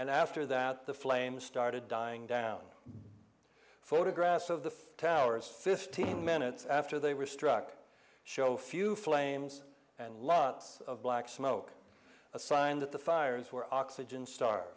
and after that the flame started dying down photographs of the towers fifteen minutes after they were struck show few flames and lots of black smoke a sign that the fires were oxygen star